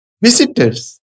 Visitors